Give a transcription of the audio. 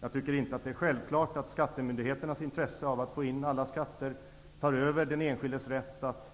Jag tycker inte att det är självklart att skattemyndigheternas intresse av att få in alla skatter tar över den enskildes rätt att inte